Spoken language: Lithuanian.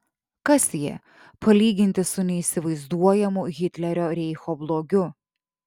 kas jie palyginti su neįsivaizduojamu hitlerio reicho blogiu